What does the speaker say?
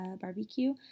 barbecue